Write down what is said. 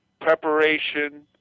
preparation